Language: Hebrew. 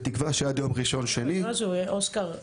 בתקווה שעד יום ראשון או שני --- אוסקר,